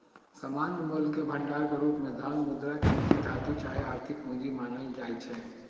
सामान्य मोलके भंडार के रूप में धन, मुद्रा, कीमती धातु चाहे आर्थिक पूजी मानल जाइ छै